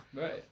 Right